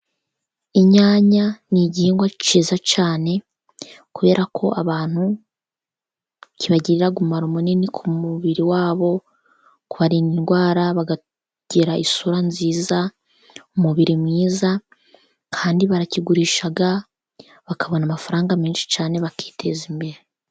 Inyanya ni igihingwa cyiza cyane kubera ko abantu kibagirira umumaro munini ku mubiri wabo, kubarinda indwara bakagira isura nziza, umubiri mwiza. kandi barakigurisha bakabona amafaranga menshi cyane bakiteza imbere.